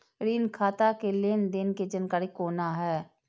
ऋण खाता के लेन देन के जानकारी कोना हैं?